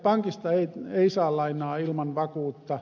pankista ei saa lainaa ilman vakuutta